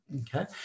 Okay